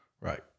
Right